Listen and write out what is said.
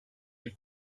est